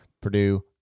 Purdue